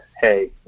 hey